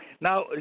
Now